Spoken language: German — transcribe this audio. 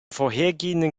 vorhergehende